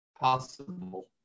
possible